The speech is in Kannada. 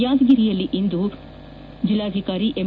ಯಾದಗಿರಿಯಲ್ಲಿಂದು ಜಲ್ಲಾಧಿಕಾರಿ ಎಂ